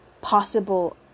possible